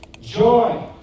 joy